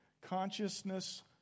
consciousness